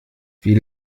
wie